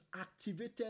activated